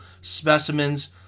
specimens